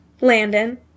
Landon